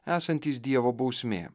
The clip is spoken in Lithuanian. esantys dievo bausmė